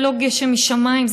זה לא גשם משמיים,